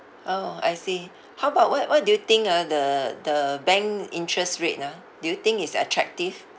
orh I see how about what what do you think ah the the bank interest rate ah do you think it's attractive